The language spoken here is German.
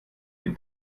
den